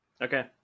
Okay